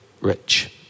rich